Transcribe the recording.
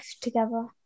together